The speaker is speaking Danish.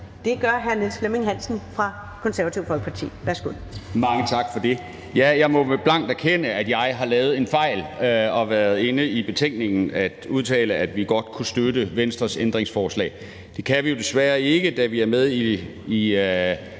Det gør hr. Niels Flemming Hansen fra Det Konservative Folkeparti. Værsgo.